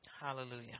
Hallelujah